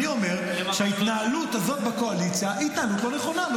אני אומר שההתנהלות הזאת בקואליציה היא התנהלות לא נכונה.